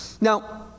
Now